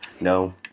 No